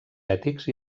ètics